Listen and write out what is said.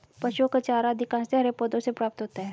पशुओं का चारा अधिकांशतः हरे पौधों से प्राप्त होता है